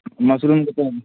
मशरूमके कोन